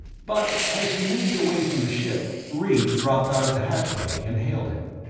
but as he moved away from the ship, ringg dropped out of the hatchway and hailed him.